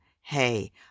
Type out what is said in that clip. Hey